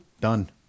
Done